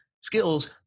skills